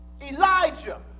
Elijah